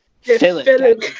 Philip